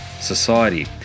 Society